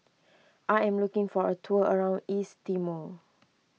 I am looking for a tour around East Timor